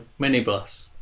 minibus